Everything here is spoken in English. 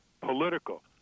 political